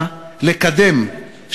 בואו ניקח לדוגמה משרד אחד,